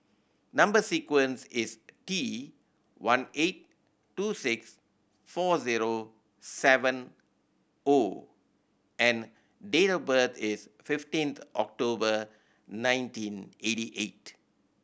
number sequence is T one eight two six four zero seven O and date of birth is fifteenth October nineteen eighty eight